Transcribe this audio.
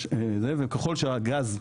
ככל שהגז,